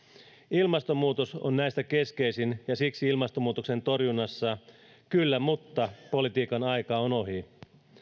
ilmastonmuutos on näistä keskeisin ja siksi ilmastonmuutoksen torjunnassa kyllä mutta politiikan aika on ohi